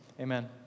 Amen